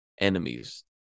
enemies